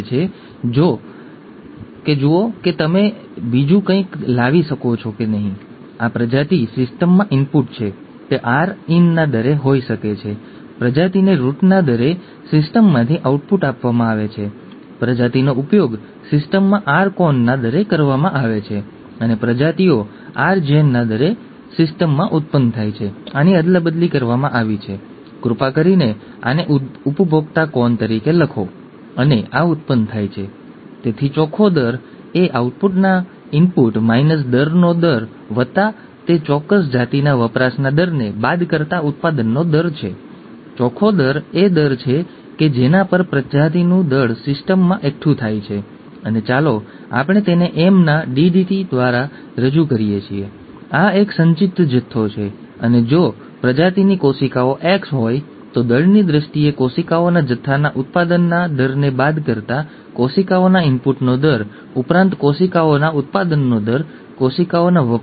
આગાહીઓ અને તત્વ વિશ્લેષણ કરવાની એક સરળ રીત આપણે આજે ઘણું બધું જાણીએ છીએ અને આ વિશ્લેષણ કરવાની વિવિધ રીતો છે પરંતુ આ વિશ્લેષણ અસરકારક રીતે કરી શકાય તેવી એક ખૂબ જ સરળ રીત એ છે કે મેન્ડેલિયન જિનેટિક્સ ના સિદ્ધાંતોનો ઉપયોગ કરીને અને મેન્ડેલિયન જિનેટિક્સના સિદ્ધાંતો વિકસિત થયા છે તે એક સદી અને થોડા દાયકાઓ પહેલા હોઈ શકે છે જ્યારે વારસો પણ સમજવામાં આવ્યો ન હતો જ્યારે લોકો સમજી શક્યા ન હતા કે કેવી રીતે કેવી રીતે પુત્ર અથવા પુત્રીનો આધાર તેમના પિતા અથવા માતા જેવો દેખાય છે અને કેટલીકવાર તેમની દાદી અથવા દાદા જેવા દેખાતા હોય છે વગેરે વગેરે